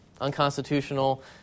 unconstitutional